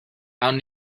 awn